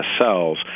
cells